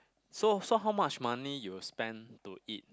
so so how much money you will spend to eat